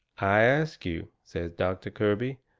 i ask you, says doctor kirby